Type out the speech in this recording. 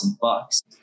bucks